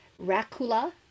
Rakula